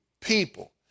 people